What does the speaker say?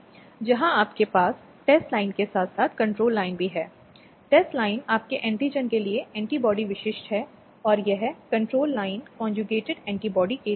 अदालतों में नहीं ले जाना पड़ा आपराधिक कानून के लिए अगर वे नहीं करना चाहते थे लेकिन अधिनियम के तहत आवश्यक राहत और उपचार स्वयं ही मिल गयी